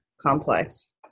complex